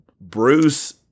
Bruce